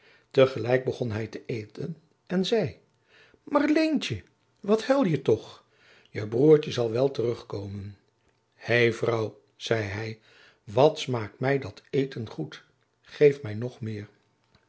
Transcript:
tegelijk begon hij te eten en zei marleentje wat huil je toch je broertje zal wel terug komen hé vrouw zei hij wat smaakt mij dat eten goed geef mij nog meer